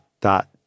dot